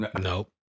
Nope